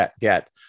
get